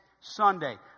Sunday